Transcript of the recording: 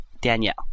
Danielle